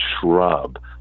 shrub